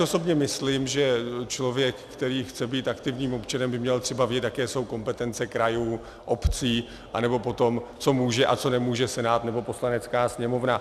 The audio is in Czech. Osobně si myslím, že člověk, který chce být aktivním občanem, by měl třeba vědět, jaké jsou kompetence krajů, obcí, nebo potom, co může a co nemůže Senát nebo Poslanecká sněmovna.